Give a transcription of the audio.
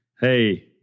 hey